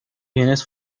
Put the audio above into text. bienes